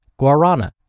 guarana